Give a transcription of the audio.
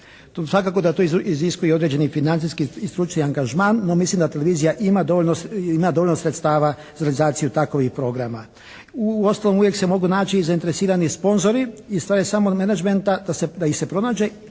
svakako da to iziskuje i određeni i financijski i stručni angažman, no mislim da televizija ima dovoljno sredstava za realizaciju takovih programa. Uostalom uvijek se mogu naći i zainteresirani sponzori i stvar je samo menadžmenta da ih se pronađe,